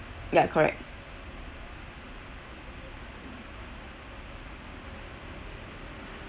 ya correct